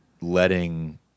Letting